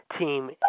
team